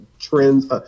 trends